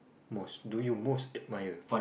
most do you most admire